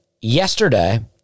yesterday